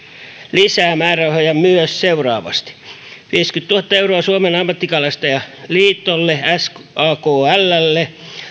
lisää määrärahoja myös seuraavasti viisikymmentätuhatta euroa suomen ammattikalastajaliitolle sakllle